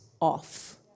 off